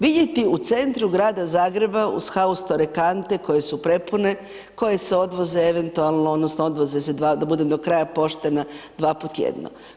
Vidjeti u centru grada Zagreba uz haustore kante koje su prepune, koje se odvoze eventualno odnosno odvoze se, da budem do kraja poštena, dva puta tjedno.